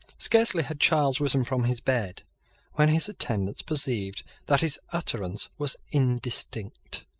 scarcely had charles risen from his bed when his attendants perceived that his utterance was indistinct,